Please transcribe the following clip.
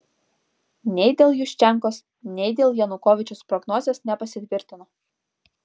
nei dėl juščenkos nei dėl janukovyčiaus prognozės nepasitvirtino